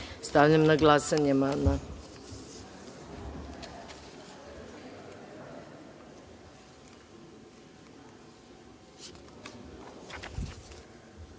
DS.Stavljam na glasanje